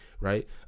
right